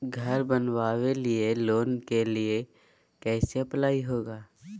घर बनावे लिय लोन के लिए कैसे अप्लाई होगा?